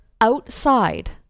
outside